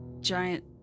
Giant